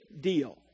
deal